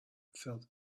felt